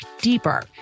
deeper